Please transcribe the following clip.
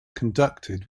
conducted